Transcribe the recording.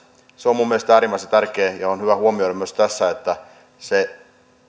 se on minun mielestäni äärimmäisen tärkeää ja on hyvä huomioida myös tässä että